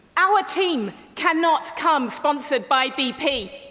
our team cannot come sponsored by pp!